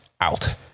out